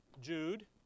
Jude